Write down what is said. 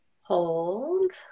Hold